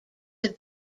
have